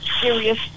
serious